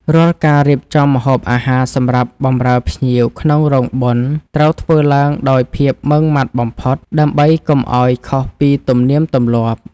រាល់ការរៀបចំម្ហូបអាហារសម្រាប់បម្រើភ្ញៀវក្នុងរោងបុណ្យត្រូវធ្វើឡើងដោយភាពម៉ឺងម៉ាត់បំផុត ដើម្បីកុំឱ្យខុសពីទំនៀមទម្លាប់។